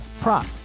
prop